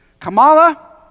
Kamala